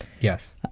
yes